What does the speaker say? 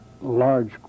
large